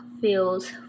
feels